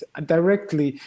directly